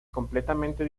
completamente